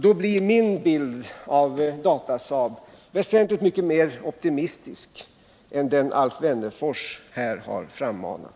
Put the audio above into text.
Då blir min bild av Datasaab väsentligt mycket mer optimistisk än den Alf Wennerfors här har frammanat.